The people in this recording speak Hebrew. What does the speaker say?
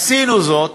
עשינו זאת